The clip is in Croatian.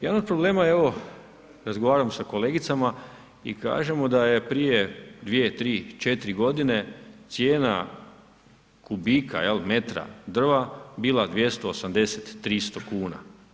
Jedan od problema je evo, razgovaram sa kolegicama i kažemo da je prije 2, 3, 4 g. cijena kubika jel, metra drva bila 280, 300 kuna.